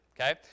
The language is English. okay